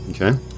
Okay